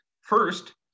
first